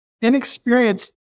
inexperienced